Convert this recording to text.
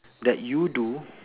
that you do